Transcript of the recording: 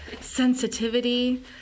sensitivity